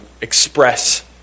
express